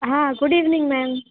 હા good evening ma'am